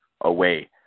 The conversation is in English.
away